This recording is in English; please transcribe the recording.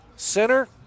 Center